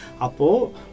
Apo